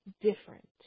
different